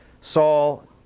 Saul